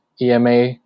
EMA